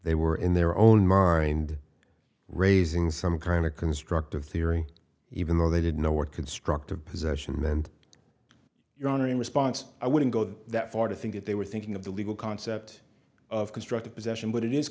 they were in their own mind raising some kind of constructive theory even though they didn't know what constructive possession meant your honor in response i wouldn't go that far to think that they were thinking of the legal concept of constructive possession but it is